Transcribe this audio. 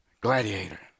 gladiator